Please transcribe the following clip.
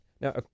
now